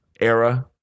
era